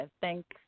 thanks